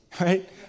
right